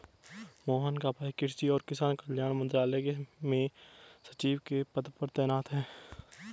मोहन का भाई कृषि और किसान कल्याण मंत्रालय में सचिव के पद पर तैनात है